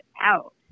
out